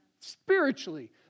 spiritually